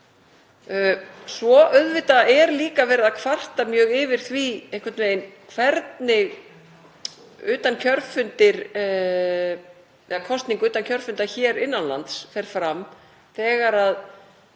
Svo auðvitað er líka verið að kvarta mjög yfir því einhvern veginn hvernig utankjörfundir eða kosning utan kjörfundar hér innan lands fer fram þegar sú